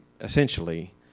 essentially